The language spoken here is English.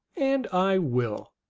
and i will!